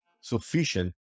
sufficient